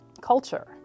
culture